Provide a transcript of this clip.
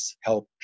help